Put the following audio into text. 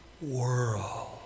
world